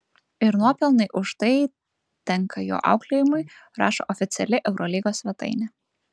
ir nuopelnai už tai tenka jo auklėjimui rašo oficiali eurolygos svetainė